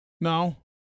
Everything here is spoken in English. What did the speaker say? No